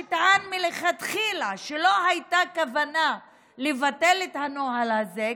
שטען מלכתחילה שלא הייתה כוונה לבטל את הנוהל הזה,